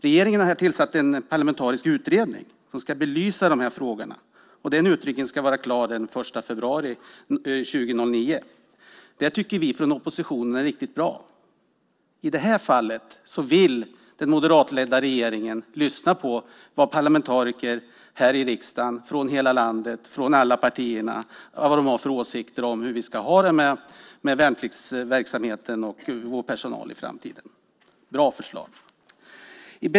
Regeringen har tillsatt en parlamentarisk utredning som ska belysa dessa frågor, och den ska vara klar den 1 februari 2009. Det tycker vi från oppositionen är riktigt bra. I det här fallet vill den moderatledda regeringen lyssna på vad parlamentariker här i riksdagen, från hela landet och från alla partier har för åsikter om hur vi ska ha det med värnpliktsverksamheten och vår personal i framtiden. Det är ett bra förslag!